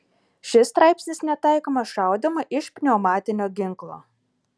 šis straipsnis netaikomas šaudymui iš pneumatinio ginklo